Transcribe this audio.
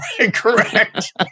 Correct